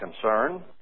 concern